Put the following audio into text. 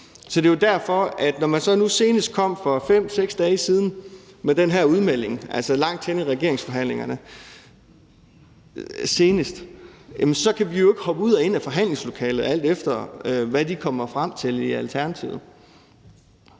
at vi jo ikke, når man så nu senest for 5-6 dage siden kom med den her udmelding, altså langt henne i regeringsforhandlingerne, kan hoppe ud og ind af forhandlingslokalet, alt efter hvad de kommer frem til i Alternativet.